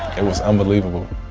it was unbelievable